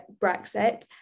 brexit